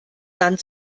dann